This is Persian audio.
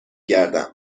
گردم